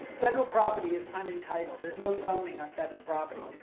federal property is unentitled, there's no zoning on federal property.